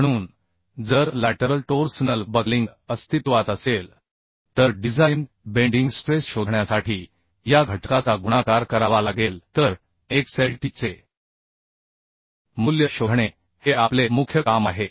म्हणून जर lateral torsional buckling अस्तित्वात असेल तर डिझाइन बेंडिंग स्ट्रेस शोधण्यासाठी या घटकाचा गुणाकार करावा लागेल तर xlt चे मूल्य शोधणे हे आपले मुख्य काम आहे